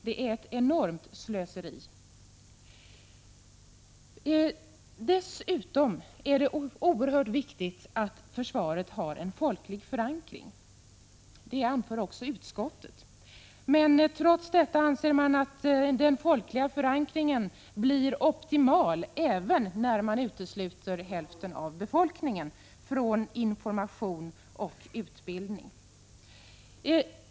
Det är ett enormt slöseri. Dessutom är det oerhört viktigt att försvaret har en folklig förankring. Detta anför också utskottet. Trots detta anser man att den folkliga förankringen blir optimal även när man utesluter hälften av befolkningen från information och utbildning.